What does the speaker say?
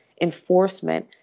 enforcement